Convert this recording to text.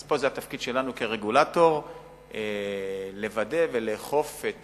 פה זה התפקיד שלנו כרגולטור לוודא ולאכוף את